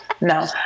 No